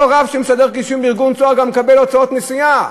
אותו רב שמסדר נישואין בארגון "צהר" גם מקבל הוצאות נסיעה.